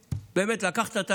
באמת, לקחת את